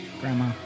Grandma